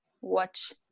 watch